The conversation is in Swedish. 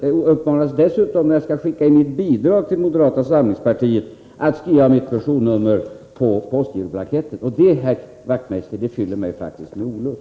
Jag uppmanas dessutom att, när jag skall skicka in mitt bidrag till moderata samlingspartiet, skriva mitt personnummer på postgiroblanketten. Det, herr Wachtmeister, fyller mig faktiskt med olust.